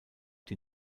die